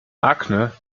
akne